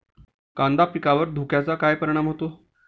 कांदा पिकावर धुक्याचा काय परिणाम होतो?